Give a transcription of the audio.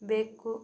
ಬೆಕ್ಕು